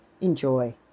Enjoy